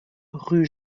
rue